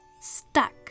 Stuck